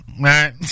Right